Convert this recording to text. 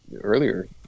earlier